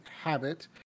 habit